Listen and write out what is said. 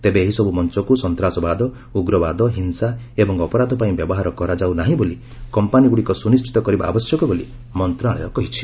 ତେବେ ଏହିସବୁ ମଞ୍ଚକୁ ସନ୍ତାସବାଦ ଉଗ୍ରବାଦ ହିଂସା ଏବଂ ଅପରାଧ ପାଇଁ ବ୍ୟବହାର କରାଯାଉ ନାହିଁ ବୋଲି କମ୍ପାନୀଗୁଡ଼ିକ ସୁନିଶ୍ଚିତ କରିବା ଆବଶ୍ୟକ ବୋଲି ମନ୍ତ୍ରଣାଳୟ କହିଛି